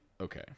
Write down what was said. Okay